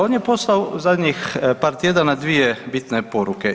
On je poslao u zadnjih par tjedana dvije bitne poruke.